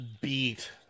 beat